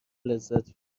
لذت